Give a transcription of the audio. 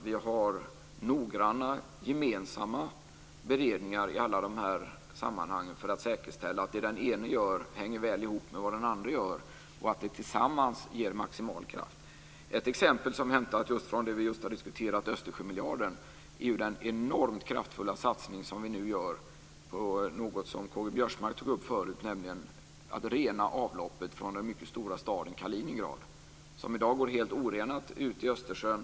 Vi har noggranna gemensamma beredningar i alla de här sammanhangen för att säkerställa att vad den ene gör hänger väl ihop med vad den andre gör och att det tillsammans ger maximal kraft. Ett exempel som är hämtat från det vi just diskuterat, Östersjömiljarden, är den enormt kraftfulla satsning som vi nu gör på något som K-G Biörsmark tog upp förut, nämligen att rena avloppet från den mycket stora staden Kaliningrad, som i dag går helt orenat ut i Östersjön.